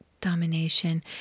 domination